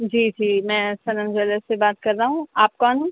جی جی میں صنم جیولرس سے بات کر رہا ہوں آپ کون ہیں